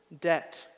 debt